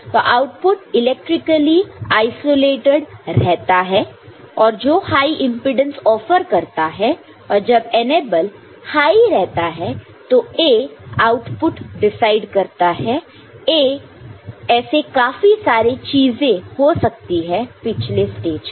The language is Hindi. तो आउटपुट इलेक्ट्रिकली आइसोलेटेड रहता है जो हाई इंपेडेंस ऑफर करता है और जब इनेबल हाई रहता है तो A आउटपुट डिसाइड करता है A ऐसे काफी सारी चीजें हो सकती है पिछले स्टेज का